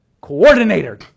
Coordinator